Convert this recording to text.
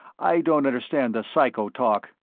i don't understand the psycho talk.